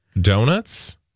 Donuts